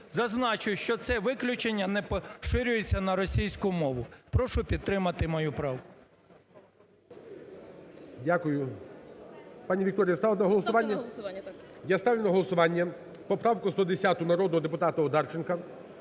Зазначу, що це виключення не поширюється на російську мову. Прошу підтримати мою правку.